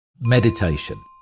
Meditation